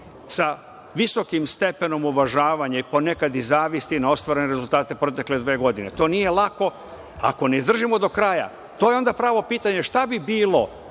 sa visokim stepenom uvažavanja i ponekad i zavisti, na ostvarene rezultate u protekle dve godine, to nije lako. Ako ne izdržimo do kraja. To je onda pravo pitanje, šta bi bilo